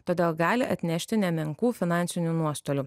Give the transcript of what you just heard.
todėl gali atnešti nemenkų finansinių nuostolių